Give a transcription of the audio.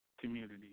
community